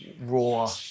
Raw